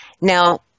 Now